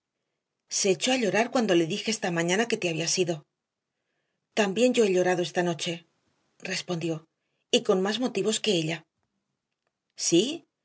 se echó a llorar cuando le dije esta mañana que te habías ido también yo he llorado esta noche respondió y con más motivos que ella